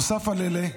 נוסף לאלה,